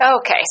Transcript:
Okay